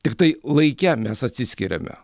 tiktai laike mes atsiskiriame